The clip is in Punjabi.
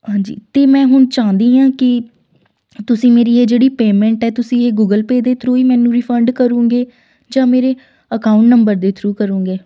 ਹਾਂਜੀ ਅਤੇ ਮੈਂ ਹੁਣ ਚਾਹੁੰਦੀ ਹਾਂ ਕਿ ਤੁਸੀਂ ਮੇਰੀ ਇਹ ਜਿਹੜੀ ਪੇਮੈਂਟ ਹੈ ਤੁਸੀਂ ਇਹ ਗੂਗਲ ਪੇ ਦੇ ਥਰੂਅ ਹੀ ਮੈਨੂੰ ਰੀਫੰਡ ਕਰੋਂਗੇ ਜਾਂ ਮੇਰੇ ਅਕਾਊਂਟ ਨੰਬਰ ਦੇ ਥਰੂਅ ਕਰੋਂਗੇ